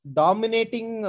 dominating